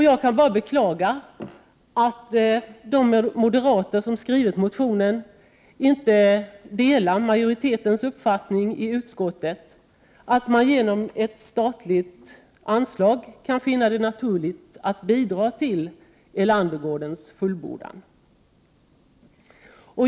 Jag kan bara beklaga att de moderater som har skrivit motionen inte delar utskottsmajoritetens uppfattning, att man genom ett statligt anslag kan finna det naturligt att bidra till Erlandergårdens fullbordan.